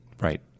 Right